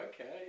okay